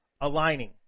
aligning